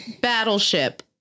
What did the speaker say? Battleship